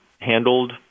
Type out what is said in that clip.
handled